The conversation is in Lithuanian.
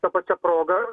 ta pačia proga